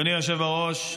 אדוני היושב בראש,